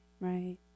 Right